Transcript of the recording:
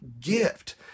gift